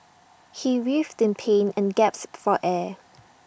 he writhed in pain and gasped for air